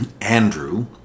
Andrew